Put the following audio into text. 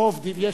או עובדים.